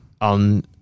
on